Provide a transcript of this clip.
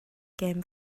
gêm